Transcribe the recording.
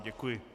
Děkuji.